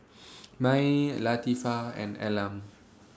Mae Latifah and Elam